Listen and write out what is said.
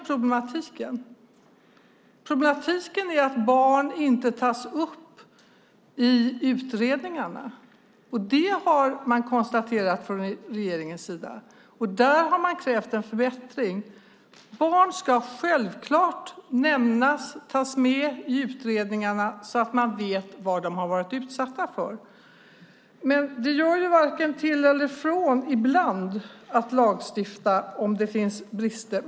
Problemet är att barn inte tas upp i utredningarna. Det har man konstaterat från regeringens sida och krävt en förbättring. Barn ska självklart tas med i utredningarna så att man vet vad de har varit utsatta för. Ibland gör det varken till eller från att lagstifta om det finns brister.